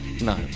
No